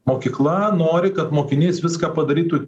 mokykla nori kad mokinys viską padarytų